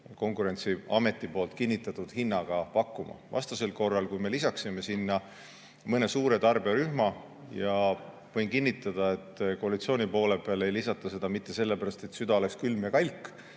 Konkurentsiameti kinnitatud hinnaga pakkuma. Vastasel korral, kui me lisaksime sinna mõne suure tarbijarühma – ja võin kinnitada, et koalitsiooni poole peal ei [jäeta seda lisamata] mitte sellepärast, et süda oleks külm ja kalk